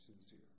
sincere